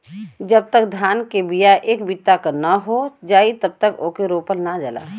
जब तक धान के बिया एक बित्ता क नाहीं हो जाई तब तक ओके रोपल ना जाला